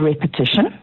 repetition